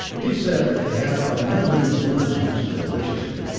he said that they had by no means learned as much as they wished to,